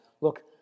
look